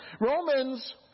Romans